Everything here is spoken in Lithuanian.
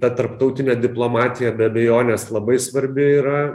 ta tarptautinė diplomatija be abejonės labai svarbi yra